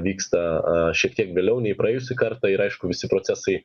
vyksta a šiek tiek vėliau nei praėjusį kartą ir aišku visi procesai